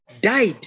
died